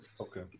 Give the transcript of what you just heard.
Okay